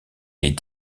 est